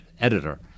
editor